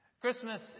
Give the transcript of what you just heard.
Christmas